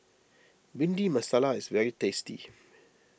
Bhindi Masala is very tasty